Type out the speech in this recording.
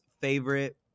favorite